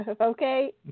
Okay